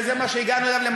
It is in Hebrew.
וזו המסקנה שהגענו אליה,